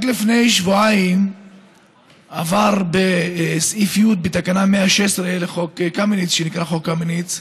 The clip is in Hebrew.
רק לפני שבועיים עבר פרק י' בתיקון 116 לחוק שנקרא "חוק קמיניץ",